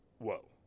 Whoa